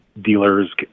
dealers